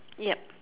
yup